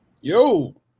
yo